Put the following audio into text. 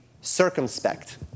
circumspect